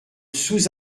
sous